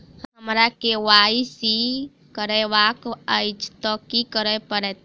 हमरा केँ Y C करेवाक अछि तऽ की करऽ पड़तै?